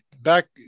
back